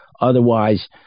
otherwise